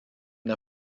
der